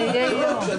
שווי.